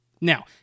Now